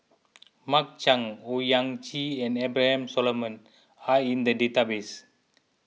Mark Chan Owyang Chi and Abraham Solomon are in the database